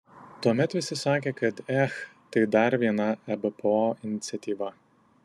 tuomet visi sakė kad ech tai dar viena ebpo iniciatyva